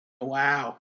Wow